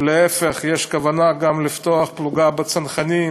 להפך, יש כוונה לפתוח גם פלוגה בצנחנים,